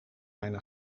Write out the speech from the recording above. mijn